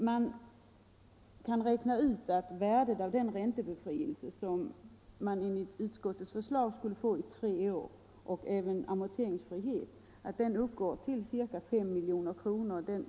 Man kan räkna ut att värdet av den ränteoch amorteringsbefrielse som man enligt utskottets förslag skulle få i tre år uppgår till ca 5 milj.kr.